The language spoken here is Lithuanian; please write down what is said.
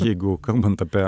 jeigu kalbant apie